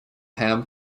ham